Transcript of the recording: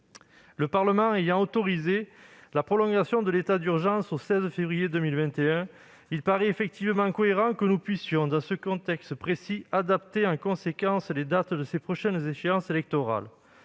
Le Parlement ayant autorisé la prolongation de l'état d'urgence au 16 février 2021, il paraît effectivement cohérent que nous puissions, dans ce contexte précis, adapter en conséquence les dates de ces prochaines échéances électorales.